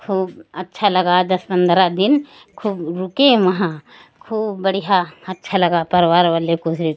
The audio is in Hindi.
खूब अच्छा लगा दस पन्द्रह दिन खूब रुके वहाँ खूब बढ़िया अच्छा लगा परिवार वाले को से